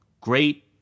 great